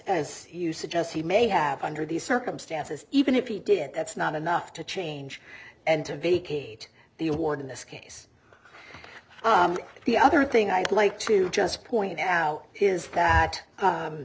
as you suggest he may have under these circumstances even if you did that's not enough to change and to vacate the award in this case the other thing i'd like to just point out is that